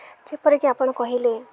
ଯେପରିକି ଆପଣ କହିଲେ